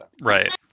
Right